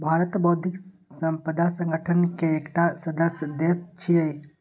भारत बौद्धिक संपदा संगठन के एकटा सदस्य देश छियै